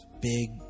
big